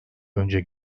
önce